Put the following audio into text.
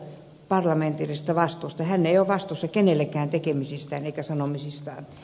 hän ei ole vastuussa kenellekään tekemisistään eikä sanomisistaan